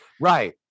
Right